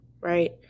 Right